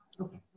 Okay